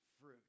fruit